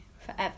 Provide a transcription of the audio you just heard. forever